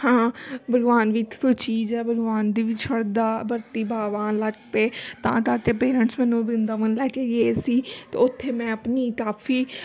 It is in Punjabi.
ਹਾਂ ਭਗਵਾਨ ਵੀ ਕੋਈ ਚੀਜ਼ ਆ ਭਗਵਾਨ ਦੀ ਵੀ ਸ਼ਰਧਾ ਭਗਤੀ ਭਾਵਾਂ ਤਾਂ ਕਰਕੇ ਪੇਰੈਂਟਸ ਮੈਨੂੰ ਵਰਿੰਦਾਵਨ ਲੈ ਕੇ ਗਏ ਸੀ ਅਤੇ ਉੱਥੇ ਮੈਂ ਆਪਣੀ ਕਾਫੀ